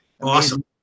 Awesome